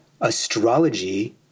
astrology